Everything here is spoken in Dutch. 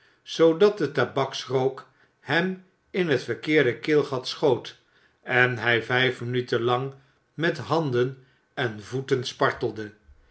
zoodat de tabaksrook hem in het verkeerde keelgat schoot en hij vijf minuten lang met handen en voeten spartelde